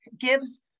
gives